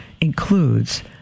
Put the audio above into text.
includes